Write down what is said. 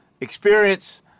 experience